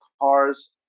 cars